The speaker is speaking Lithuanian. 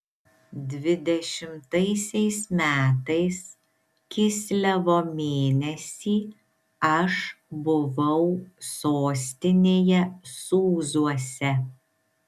dvidešimtaisiais metais kislevo mėnesį aš buvau sostinėje sūzuose